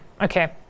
Okay